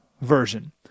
version